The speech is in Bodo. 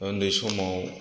उन्दै समाव